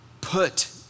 put